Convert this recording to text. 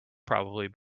probably